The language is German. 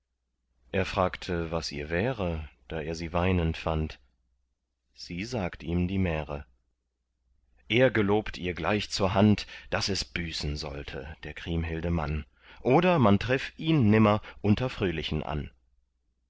er fragte was ihr wäre da er sie weinend fand sie sagt ihm die märe er gelobt ihr gleich zur hand daß es büßen sollte der kriemhilde mann oder man treff ihn nimmer unter fröhlichen an